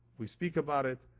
we speak about it,